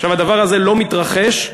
הדבר הזה לא מתרחש.